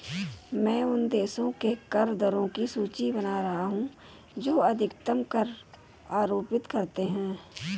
मैं उन देशों के कर दरों की सूची बना रहा हूं जो अधिकतम कर आरोपित करते हैं